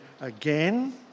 again